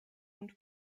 und